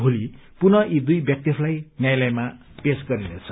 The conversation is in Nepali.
भोली पुनः यी दुई व्यक्तिहरूलाई न्यायलयमा पेश गरिने छ